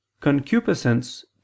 concupiscence